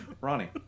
Ronnie